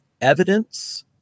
evidence